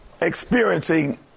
experiencing